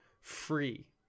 free